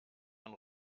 den